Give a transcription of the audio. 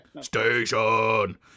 Station